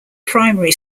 primary